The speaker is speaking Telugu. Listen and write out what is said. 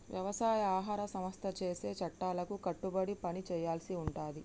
వ్యవసాయ ఆహార సంస్థ చేసే చట్టాలకు కట్టుబడి పని చేయాల్సి ఉంటది